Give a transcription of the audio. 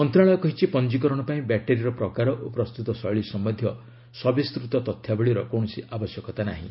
ମନ୍ତ୍ରଣାଳୟ କହିଛି ପଞ୍ଜିକରଣ ପାଇଁ ବ୍ୟାଟେରିର ପ୍ରକାର ଓ ପ୍ରସ୍ତୁତ ଶୈଳୀ ସମ୍ପନ୍ଧୀୟ ସବିସ୍ତୃତ ତଥ୍ୟାବଳୀର କୌଣସି ଆବଶ୍ୟକତା ନାହିଁ